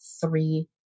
three